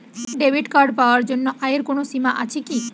Debit card পাওয়ার জন্য আয়ের কোনো সীমা আছে কি?